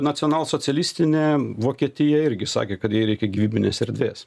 nacionalsocialistinė vokietija irgi sakė kad jai reikia gyvybinės erdvės